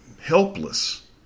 helpless